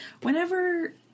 Whenever